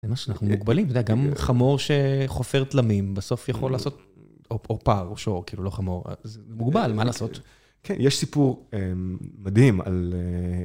זה מה שאנחנו מוגבלים, זה גם חמור שחופר תלמים, בסוף יכול לעשות... או פר, או שור, כאילו, לא חמור, זה מוגבל, מה לעשות? כן, יש סיפור מדהים על...